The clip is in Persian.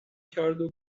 کردو